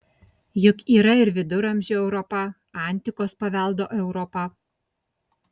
juk yra ir viduramžių europa antikos paveldo europa